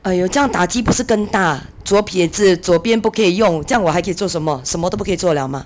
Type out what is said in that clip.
!aiyo! 这样打击不是更大左撇子左边不可以用这样我还可以做什么什么都不可以做 liao mah